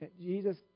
Jesus